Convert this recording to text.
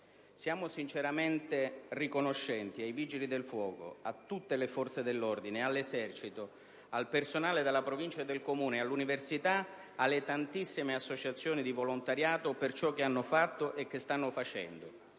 Siamo sinceramente riconoscenti ai Vigili del fuoco, a tutte le forze dell'ordine, all'Esercito, al personale della Provincia e del Comune di Messina, all'università e alle tantissime associazioni di volontariato per ciò che hanno fatto e stanno facendo.